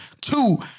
Two